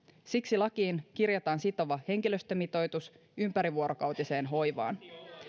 siksi lakiin kirjataan sitova henkilöstömitoitus ympärivuorokautiseen hoivaan